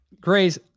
Grace